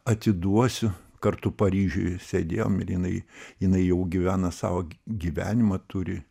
atiduosiu kartu paryžiuje sėdėjom ir jinai jinai jau gyvena savo gyvenimą turi